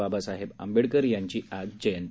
बाबासाहेब आंबेडकर यांची आज जयंती